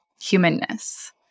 humanness